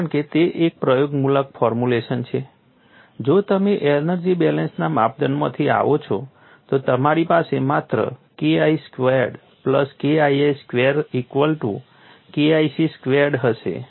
કારણ કે તે એક પ્રયોગમૂલક ફોર્મ્યુલેશન છે જો તમે એનર્જી બેલેન્સના માપદંડમાંથી આવો છો તો તમારી પાસે માત્ર KI squared plus KII square equal to KIC squared હશે